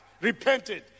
repented